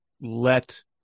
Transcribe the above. let